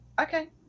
okay